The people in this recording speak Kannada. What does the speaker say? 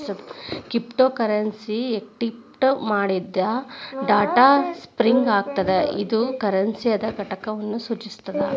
ಕ್ರಿಪ್ಟೋಕರೆನ್ಸಿ ಎನ್ಕ್ರಿಪ್ಟ್ ಮಾಡಿದ್ ಡೇಟಾ ಸ್ಟ್ರಿಂಗ್ ಆಗಿರ್ತದ ಇದು ಕರೆನ್ಸಿದ್ ಘಟಕವನ್ನು ಸೂಚಿಸುತ್ತದೆ